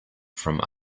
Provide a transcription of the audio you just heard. from